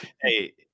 Hey